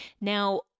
Now